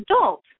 adults